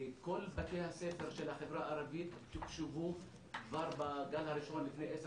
כל בתי הספר של החברה הערבית תוקשבו כבר לפני עשר